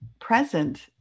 present